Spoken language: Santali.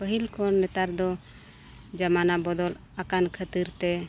ᱯᱟᱹᱦᱤᱞ ᱠᱷᱚᱱ ᱱᱮᱛᱟᱨ ᱫᱚ ᱡᱟᱢᱟᱱᱟ ᱵᱚᱫᱚᱞ ᱟᱠᱟᱱ ᱠᱷᱟᱹᱛᱤᱨ ᱛᱮ